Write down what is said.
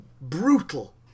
brutal